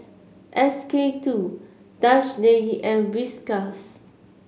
S K two Dutch Lady and Whiskas